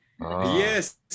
Yes